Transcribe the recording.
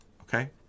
okay